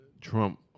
Trump